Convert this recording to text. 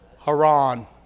Haran